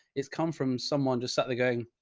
it's come from someone just sat there going,